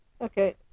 okay